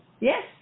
Yes